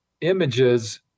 images